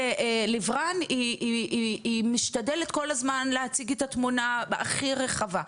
לב-רן היא משתדלת כל הזמן להציג את התמונה הכי רחבה,